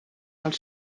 els